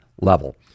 level